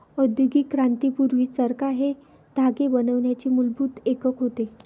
औद्योगिक क्रांती पूर्वी, चरखा हे धागे बनवण्याचे मूलभूत एकक होते